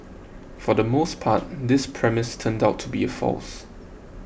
for the most part this premise turned out to be a false